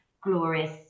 glorious